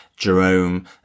Jerome